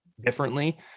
differently